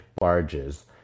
barges